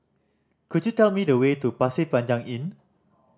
could you tell me the way to Pasir Panjang Inn